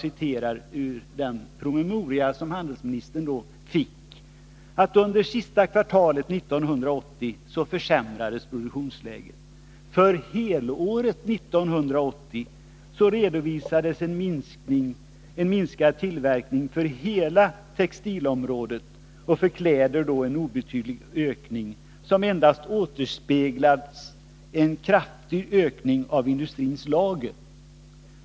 I den promemoria som handelsministern då fick säger man: ”Under det sista kvartalet 1980 försämrades produktionsläget. För helåret 1980 redovisades en minskad tillverkning för hela textilområdet och för kläder en obetydlig ökning som endast återspeglade en kraftig ökning av industrins lager.